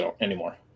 anymore